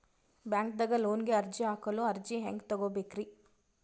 ಬ್ಯಾಂಕ್ದಾಗ ಲೋನ್ ಗೆ ಅರ್ಜಿ ಹಾಕಲು ಅರ್ಜಿ ಹೆಂಗ್ ತಗೊಬೇಕ್ರಿ?